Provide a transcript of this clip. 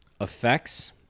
Effects